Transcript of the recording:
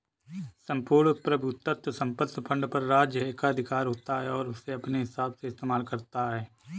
सम्पूर्ण प्रभुत्व संपन्न फंड पर राज्य एकाधिकार होता है और उसे अपने हिसाब से इस्तेमाल करता है